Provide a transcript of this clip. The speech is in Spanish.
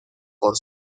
por